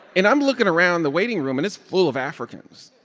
and i'm looking around the waiting room, and it's full of africans.